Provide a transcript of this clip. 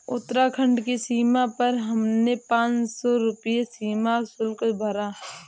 उत्तराखंड की सीमा पर हमने पांच सौ रुपए सीमा शुल्क भरा